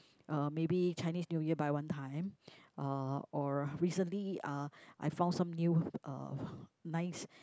uh maybe Chinese New Year buy one time uh or recently uh I found some new uh nice